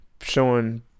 showing